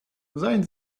seien